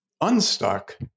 unstuck